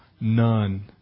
None